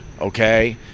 okay